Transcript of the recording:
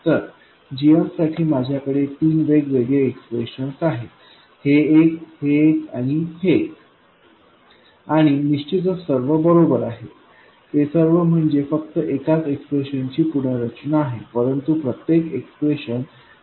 तर gm साठी माझ्याकडे तीन वेगवेगळे एक्सप्रेशन्स आहेत हे एक ते एक आणि ते एक आणि निश्चितच सर्व बरोबर आहेत ते सर्व म्हणजे फक्त एकाच एक्सप्रेशनची पुनर्रचना आहेत परंतु प्रत्येक एक्सप्रेशन भिन्न संदर्भात उपयुक्त आहे